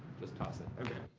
just toss it. okay.